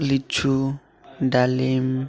ଲିଚୁ ଡାଳିମ୍ବ